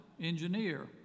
engineer